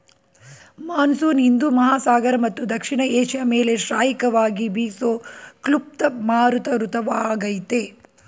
monsoon ಹಿಂದೂ ಮಹಾಸಾಗರ ಮತ್ತು ದಕ್ಷಿಣ ಏಷ್ಯ ಮೇಲೆ ಶ್ರಾಯಿಕವಾಗಿ ಬೀಸೋ ಕ್ಲುಪ್ತ ಮಾರುತ ಋತುವಾಗಯ್ತೆ